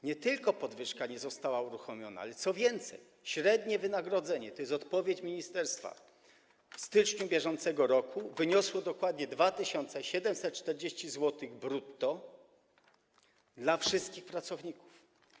Nie tylko podwyżka nie została uruchomiona, ale także, co więcej, średnie wynagrodzenie - to jest odpowiedź ministerstwa - w styczniu br. wyniosło dokładnie 2740 zł brutto dla wszystkich pracowników.